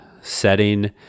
setting